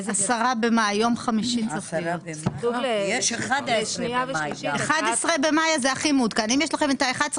רוויזיה על הסתייגות מס' 15. מי בעד,